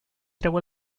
treu